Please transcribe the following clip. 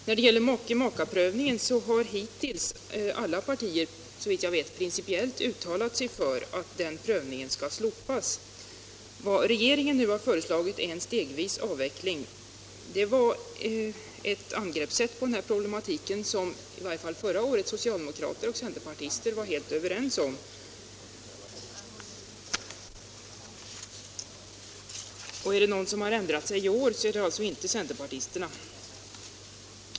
När det gäller makeprövningen har hittills alla partier, såvitt jag vet, principiellt uttalat sig för att den prövningen skall slopas. Vad regeringen nu har föreslagit är en stegvis avveckling. Det var ett angreppssätt på den här problematiken som i varje fall förra året socialdemokrater och centerpartister var helt överens om. Är det någon som ändrat sig i år är det alltså inte centerpartisterna.